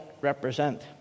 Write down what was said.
represent